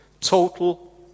total